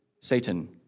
Satan